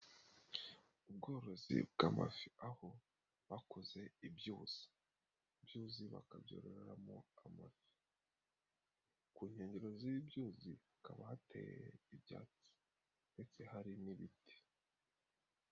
Ubworozi bw'amafi aho bakoze ibyuzi, byuzi bakabyororeramo amafi, ku nkengero z'ibi byuzi hakaba hateye ibyatsi ndetse hari n'ibiti.